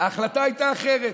ההחלטה הייתה אחרת.